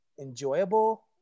enjoyable